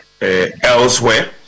elsewhere